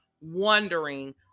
Wondering